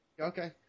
Okay